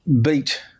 beat